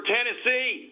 Tennessee